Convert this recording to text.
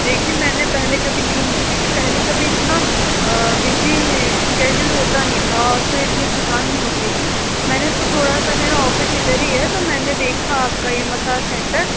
देखिये मैंने पहले कभी ली नहीं है क्योंकि पहले कभी इतना बिजी स्केड्यूल होता नहीं था और फिर इतनी थकान नहीं होती थी मैंने तो थोड़ा सा मेरा ऑफिस इधर ही है तो मैंने देखा आपका यह मसाज सेंटर